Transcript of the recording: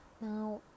now